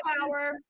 power